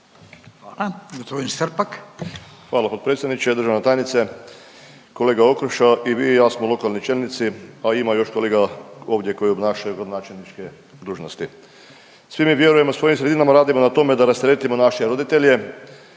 Dražen (HDZ)** Hvala potpredsjedniče. Državna tajnice, kolega Okroša i vi i ja smo lokalni čelnici, a ima još kolega ovdje koji obnašaju gradonačelničke dužnosti. Svi mi vjerujemo u svojim sredinama radimo na tome da rasteretimo naše roditelje